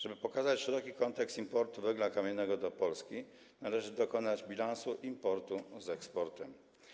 Żeby pokazać szeroki kontekst importu węgla kamiennego do Polski, należy dokonać bilansu importu i eksportu.